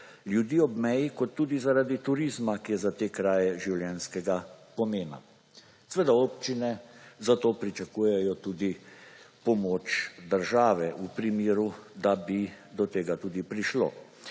ljudi ob meji kot tudi, zaradi turizma, ki je za te kraje življenjskega pomena. Seveda občine zato pričakujejo tudi pomoč države v primeru, da bi do tega tudi prišlo.